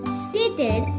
stated